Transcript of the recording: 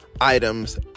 items